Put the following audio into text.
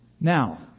Now